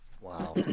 Wow